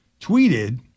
tweeted